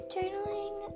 Journaling